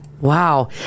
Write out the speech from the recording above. Wow